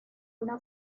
una